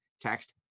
Text